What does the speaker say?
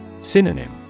Synonym